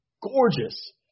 gorgeous